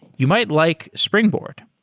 you might like springboard.